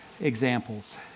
examples